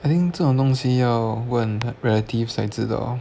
I think 这种东西要问 relatives 才知道